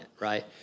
right